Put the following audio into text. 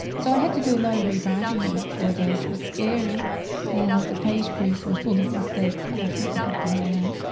so i had to do a lot of rewriting in four days, it was scary and the page proofs were full of mistakes but i think we got them all out.